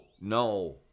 no